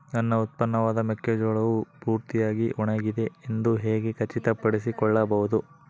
ನನ್ನ ಉತ್ಪನ್ನವಾದ ಮೆಕ್ಕೆಜೋಳವು ಪೂರ್ತಿಯಾಗಿ ಒಣಗಿದೆ ಎಂದು ಹೇಗೆ ಖಚಿತಪಡಿಸಿಕೊಳ್ಳಬಹುದು?